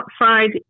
outside